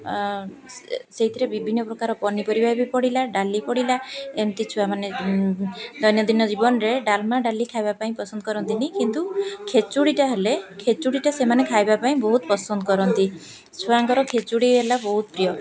ଅ ସେଇଥିରେ ବିଭିନ୍ନ ପ୍ରକାର ପନିପରିବା ବି ପଡ଼ିଲା ଡାଲି ପଡ଼ିଲା ଏମିତି ଛୁଆମାନେ ଦୈନନ୍ଦିନ ଜୀବନରେ ଡାଲମା ଡାଲି ଖାଇବା ପାଇଁ ପସନ୍ଦ କରନ୍ତିନି କିନ୍ତୁ ଖେଚୁଡ଼ିଟା ହେଲେ ଖେଚୁଡ଼ିଟା ସେମାନେ ଖାଇବା ପାଇଁ ବହୁତ ପସନ୍ଦ କରନ୍ତି ଛୁଆଙ୍କର ଖେଚୁଡ଼ି ହେଲା ବହୁତ ପ୍ରିୟ